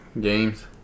games